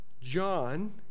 John